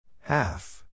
Half